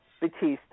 Batista